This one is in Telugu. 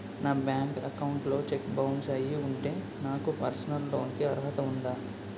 నా బ్యాంక్ అకౌంట్ లో చెక్ బౌన్స్ అయ్యి ఉంటే నాకు పర్సనల్ లోన్ కీ అర్హత ఉందా?